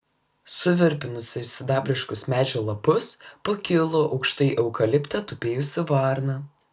suvirpinusi sidabriškus medžio lapus pakilo aukštai eukalipte tupėjusi varna